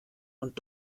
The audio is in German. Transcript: und